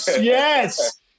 yes